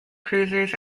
cruisers